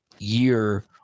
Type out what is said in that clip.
year